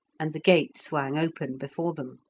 and the gate swang open before them.